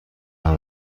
حال